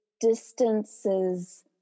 distances